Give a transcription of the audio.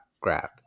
grab